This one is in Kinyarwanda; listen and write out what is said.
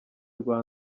rwa